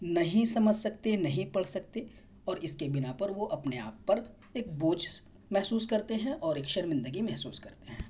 نہیں سمجھ سکتے نہیں پڑھ سکتے اور اس کے بنا پر وہ اپنے آپ پر ایک بوجھ محسوس کرتے ہیں اور ایک شرمندگی محسوس کرتے ہیں